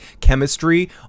chemistry